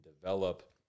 develop